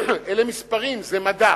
אלה מספרים, זה מדע.